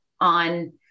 on